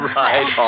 right